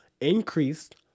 increased